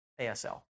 ASL